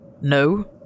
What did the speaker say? no